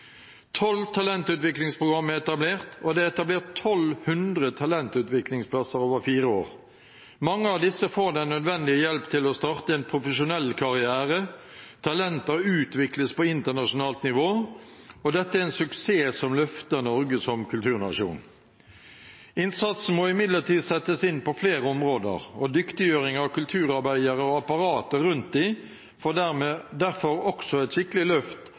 talentutviklingsprogram er etablert, og det er etablert 1 200 talentutviklingsplasser over fire år. Mange av disse får den nødvendige hjelp til å starte en profesjonell karriere, talenter utvikles på internasjonalt nivå, og dette er en suksess som løfter Norge som kulturnasjon. Innsatsen må imidlertid settes inn på flere områder, og dyktiggjøring av kulturarbeidere og apparatet rundt dem får derfor også et skikkelig løft